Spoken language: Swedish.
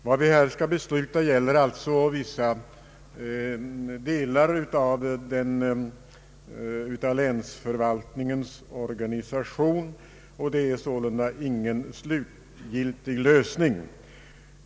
Vad vi här skall besluta gäller vissa delar av länsförvaltningens organisation, och det är sålunda ingen slutgiltig lösning.